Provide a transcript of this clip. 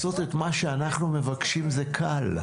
מה שאנחנו מבקשים זה קל.